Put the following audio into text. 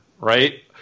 right